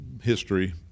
history